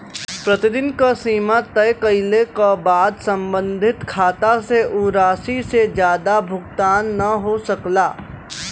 प्रतिदिन क सीमा तय कइले क बाद सम्बंधित खाता से उ राशि से जादा भुगतान न हो सकला